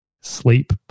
sleep